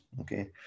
okay